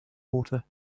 water